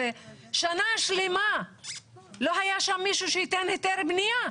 ושנה שלמה לא היה שם מישהו שייתן היתר בניה.